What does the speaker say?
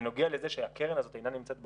בנוגע לזה שהקרן הזאת אינה נמצאת בצד,